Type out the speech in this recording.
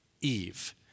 Eve